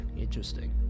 interesting